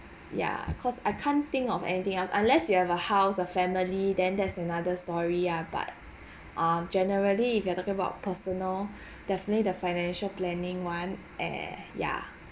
ya cause I can't think of anything else unless you have a house a family then that's another story ah but ah generally if you are talking about personal definitely the financial planning [one] eh ya